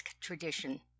tradition